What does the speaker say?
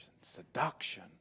seduction